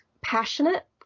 passionate